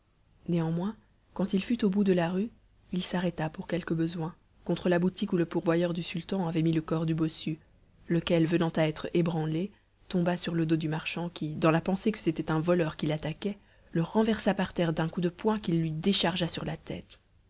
néanmoins quand il fut au bout de la rue il s'arrêta pour quelque besoin contre la boutique où le pourvoyeur du sultan avait mis le corps du bossu lequel venant à être ébranlé tomba sur le dos du marchand qui dans la pensée que c'était un voleur qui l'attaquait le renversa par terre d'un coup de poing qu'il lui déchargea sur la tête